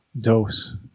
dose